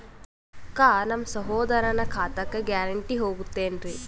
ರೊಕ್ಕ ನಮ್ಮಸಹೋದರನ ಖಾತಕ್ಕ ಗ್ಯಾರಂಟಿ ಹೊಗುತೇನ್ರಿ?